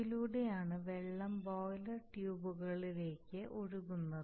ഇതിലൂടെയാണ് വെള്ളം ബോയിലർ ട്യൂബുകളിലേക്ക് ഒഴുകുന്നത്